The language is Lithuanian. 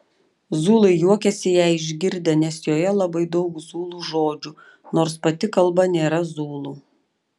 zulai juokėsi ją išgirdę nes joje labai daug zulų žodžių nors pati kalba nėra zulų